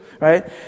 Right